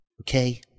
okay